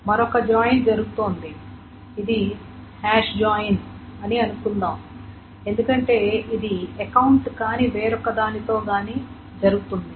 మరొక జాయిన్ జరుగుతోంది ఇది హాష్ జాయిన్ అని అనుకుందాం ఎందుకంటే ఇది అకౌంట్ కానీ వేరొక దానితో గాని జరుగుతుంది